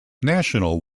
national